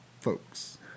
folks